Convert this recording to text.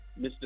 Mr